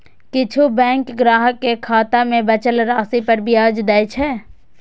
किछु बैंक ग्राहक कें खाता मे बचल राशि पर ब्याज दै छै